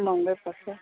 महँगो पर्छ